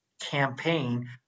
campaign